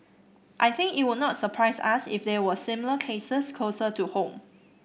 I think it would not surprise us if there were similar cases closer to home